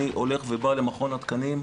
אני הולך ובא למכון התקנים,